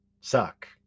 suck